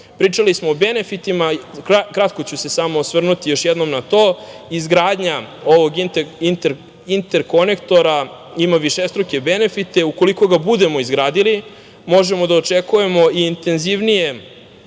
Evrope. Pričali smo o benefitima. Kratko ću se samo osvrnuti još jednom na to. Izgradnja ovog interkonektora ima višestruke benefite. Ukoliko ga budemo izgradili, možemo da očekujemo intenzivnije